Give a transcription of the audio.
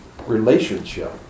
relationship